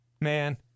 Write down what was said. man